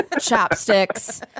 chopsticks